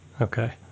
Okay